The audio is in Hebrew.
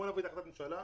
בואו נביא להחלטת ממשלה,